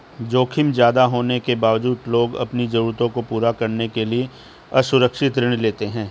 जोखिम ज्यादा होने के बावजूद लोग अपनी जरूरतों को पूरा करने के लिए असुरक्षित ऋण लेते हैं